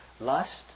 lust